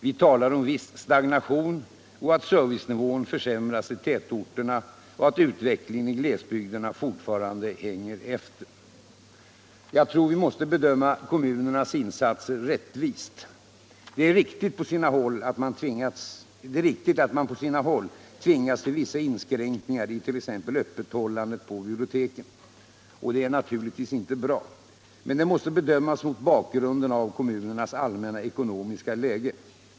Vi talar om viss stagnation, att servicenivån försämrats i tätorterna och att utvecklingen i glesbygderna fortfarande släpar efter. Jag tror vi måste bedöma kommunernas insatser rättvist. Det är riktigt att man på sina håll tvingats till vissa inskränkningar i t.ex. öppethållandet på biblioteken. Det är naturligtvis inte bra. Men det måste bedömas mot bakgrunden av kommunernas allmänna ekonomiska läge.